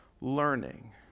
learning